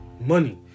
Money